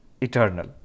eternal